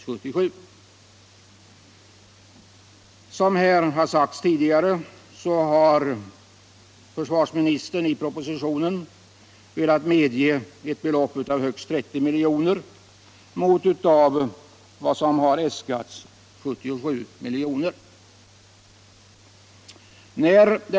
Som här har sagts tidigare har försvarsministern i propositionen velat medge ett belopp på högst 30 milj.kr. jämfört med av försvarsledningen äskade 77 milj.kr.